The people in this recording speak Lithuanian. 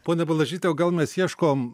ponia blažyte o gal mes ieškom